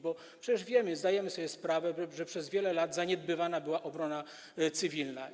Bo przecież wiemy, zdajemy sobie sprawę, że przez wiele lat zaniedbywana była obrona cywilna.